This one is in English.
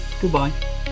Goodbye